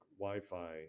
Wi-Fi